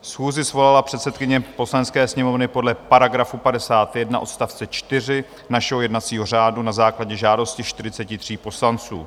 Schůzi svolala předsedkyně Poslanecké sněmovny podle § 51 odst. 4 našeho jednacího řádu na základě žádosti 43 poslanců.